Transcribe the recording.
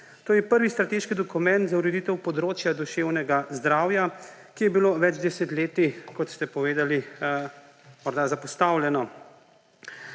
To je prvi strateški dokument za ureditev področja duševnega zdravja, ki je bilo več desetletij, kot ste povedali, morda zapostavljeno.